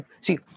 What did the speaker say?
see